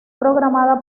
programada